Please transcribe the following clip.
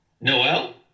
Noel